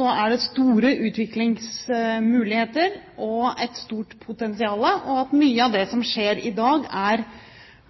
er det store utviklingsmuligheter og et stort potensial, at mye av det som skjer i dag –